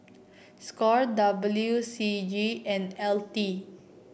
Score W C G and L T